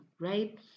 right